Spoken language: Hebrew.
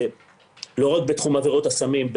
לא רק בתחום עבירות הסמים,